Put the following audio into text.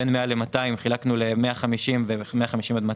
בין 100 200 חילקנו ל-100 150 ול-150 200,